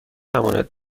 امانت